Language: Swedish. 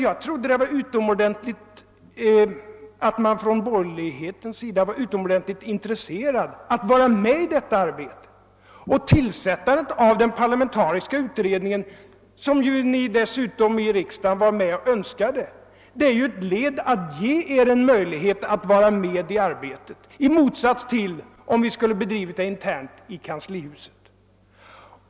Jag trodde att man inom borgerligheten var utomordentligt intresserad av att vara med i detta arbete. Tillsättandet av den parlamentariska utredningen — som ni dessutom i riksdagen önskade — är ett led i försöken att ge er möjlighet att vara med i det arbetet, vilket ni inte hade kunnat vara om det hade bedrivits internt i kanslihuset.